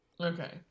Okay